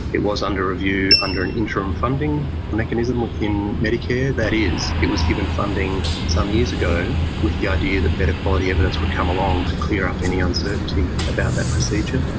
it was under review under an interim funding mechanism within medicare, that is it was given funding some years ago with the idea that better quality evidence would come along to clear up any uncertainty about that procedure.